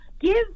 give